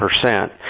percent